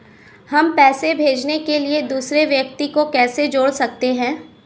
हम पैसे भेजने के लिए दूसरे व्यक्ति को कैसे जोड़ सकते हैं?